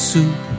Soup